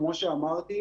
כמו שאמרתי,